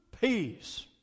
peace